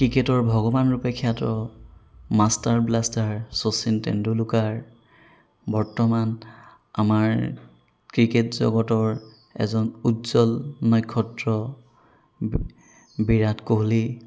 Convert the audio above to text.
ক্ৰিকেটৰ ভগৱান ৰূপে খ্যাত মাষ্টাৰ ব্লাষ্টাৰ শচীন টেণ্ডুলকাৰ বৰ্তমান আমাৰ ক্ৰিকেট জগতৰ এজন উজ্জ্বল নক্ষত্ৰ বিৰাট কোহলী